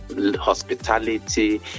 Hospitality